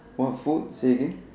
what food say again